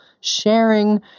sharing